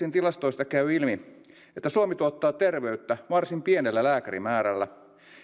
tilastoista käy ilmi että suomi tuottaa terveyttä varsin pienellä lääkärimäärällä